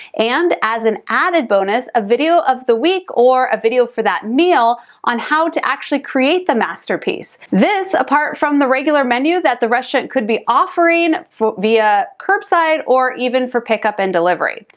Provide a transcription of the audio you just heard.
and as an added bonus a video of the week or a video for that meal on how to actually create the masterpiece. this apart from the regular menu that the restaurant could be offering via curbside or even for pickup and delivery.